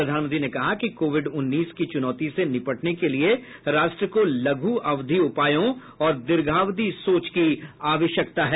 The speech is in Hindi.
प्रधानमंत्री ने कहा कि कोविड उन्नीस की चुनौती से निपटने के लिए राष्ट्र को लघु अवधि उपायों और दीर्घावधि सोच की आवश्यकता है